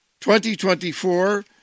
2024